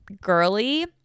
girly